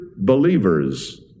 believers